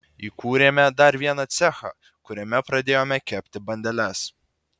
įkūrėme dar vieną cechą kuriame pradėjome kepti bandeles